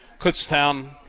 Kutztown